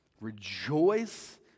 Rejoice